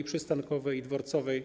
i przystankowej, i dworcowej.